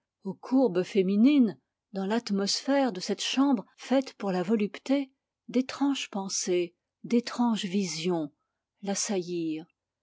aux courbes féminines dans l'atmosphère de cette chambre faite pour la volupté d'étranges pensées d'étranges visions